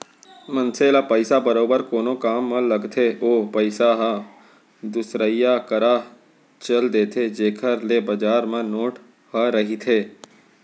मनसे ल पइसा बरोबर कोनो काम म लगथे ओ पइसा ह दुसरइया करा चल देथे जेखर ले बजार म नोट ह रहिथे